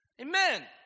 Amen